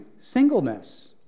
singleness